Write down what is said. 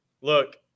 look